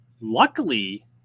Luckily